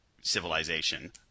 civilization